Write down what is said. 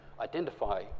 identify